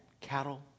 cattle